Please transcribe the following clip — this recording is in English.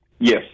Yes